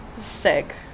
Sick